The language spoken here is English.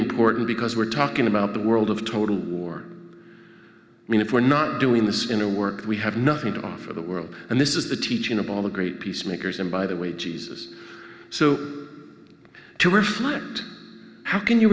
important because we're talking about the world of total war i mean if we're not doing this in a work we have nothing to offer the world and this is the teaching of all the great peacemakers and by the way jesus so to reflect how can you